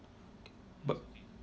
but